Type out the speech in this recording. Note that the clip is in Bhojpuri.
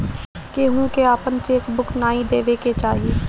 केहू के आपन चेक बुक नाइ देवे के चाही